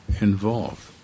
involved